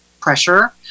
pressure